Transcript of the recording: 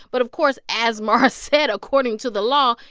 but of course, as mara said, according to the law,